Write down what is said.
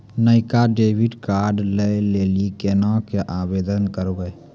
नयका डेबिट कार्डो लै लेली केना के आवेदन करबै?